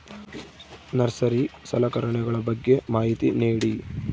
Nursery ಸಲಕರಣೆಗಳ ಬಗ್ಗೆ ಮಾಹಿತಿ ನೇಡಿ?